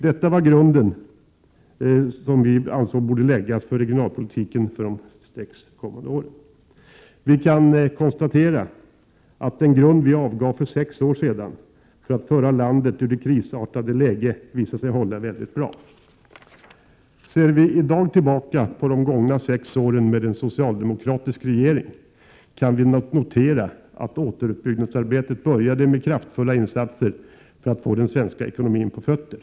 Detta var den grund som vi socialdemokrater ansåg borde läggas för regionalpolitiken för sex år sedan. Vi kan konstatera att den grund som vi angav för sex år sedan för att föra landet ut ur det krisartade läget visade sig hålla väldigt bra. Ser vi i dag tillbaka på de gångna sex åren med en socialdemokratisk regering, kan vi notera att återuppbyggnadsarbetet började med kraftfulla insatser för att få den svenska ekonomin på fötter.